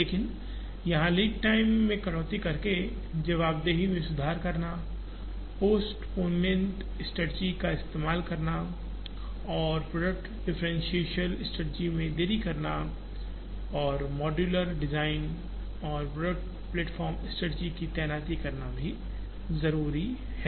लेकिन यहां lead time में कटौती करके जवाबदेही में सुधार करना पोस्टपोनमेंट स्ट्रैटेजी का इस्तेमाल करना और प्रोडक्ट डिफरेंशियल स्ट्रेटजी में देरी करना और मॉड्यूलर डिजाइन और प्रोडक्ट प्लेटफॉर्म स्ट्रैटेजीज की तैनाती करना भी जरूरी है